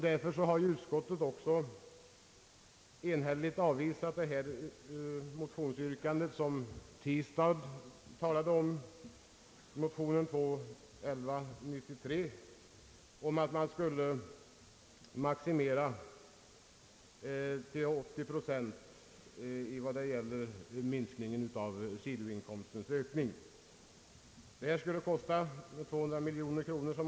Därför har utskottet också enhälligt avvisat yrkandet i motion II: 1193, som herr Tistad talade om, att man skulle maximera den samlade effekten av bortfall av folkpensionsförmåner och minskat extra avdrag till 80 procent av sidoinkomstens ökning. Det ta skulle kosta 200 miljoner kronor.